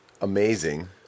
amazing